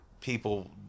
people